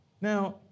Now